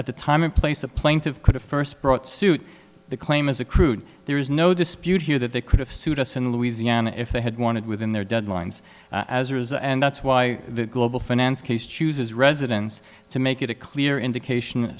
at the time and place a plaintive could a first brought suit claim as a crude there is no dispute here that they could have sued us in louisiana if they had wanted within their deadlines as a result and that's why the global finance case chooses residence to make it a clear indication